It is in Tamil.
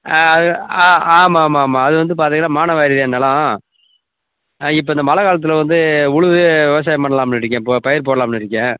ஆ ஆ ஆமாம் ஆமாம் ஆமாம் அது வந்து பார்த்தீங்கன்னா மானாவாரிதான் நிலம் ஆ இப்போ இந்த மழை காலத்தில் வந்து உழுது விவசாயம் பண்ணலாம்னு இருக்கேன் இப்போ பயிர் போடலாம்னு இருக்கேன்